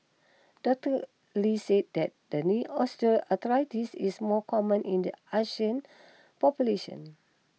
Doctor Lee said that the knee osteoarthritis is more common in the Asian population